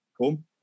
home